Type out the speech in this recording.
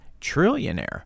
trillionaire